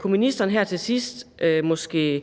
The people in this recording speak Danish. Kunne ministeren måske her til sidst dele